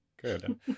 Good